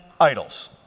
idols